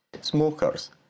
Smokers